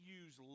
use